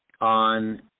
on